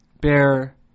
bear